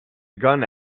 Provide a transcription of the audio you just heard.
gun